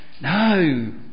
no